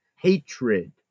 hatred